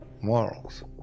morals